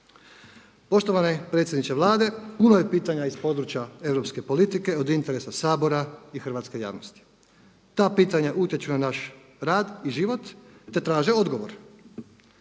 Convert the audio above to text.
Poštovani predsjedniče Vlade puno je pitanja iz područja europske politike od interesa Sabora i hrvatske javnosti. Ta pitanja utječu na naš rad i život, te traže odgovor.